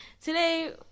Today